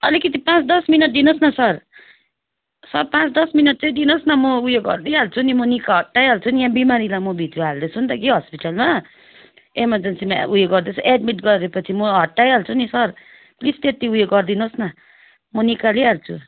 अलिकति पाँच दस मिनट दिनुहोस् न सर सर पाँच दस मिनट चाहिँ दिनुहोस् न म उयो गरिदिइहाल्छु म नि हटाइहाल्छु नि यहाँ बिमारीलाई म भित्र हाल्दैछु नि त कि हस्पिटलमा एमरजेन्सीमा उयो गर्दैछु एडमिट गऱ्योपछि म हटाइहाल्छु नि सर प्लिस त्यति उयो गरिदिनुहोस् न म निकाली हाल्छु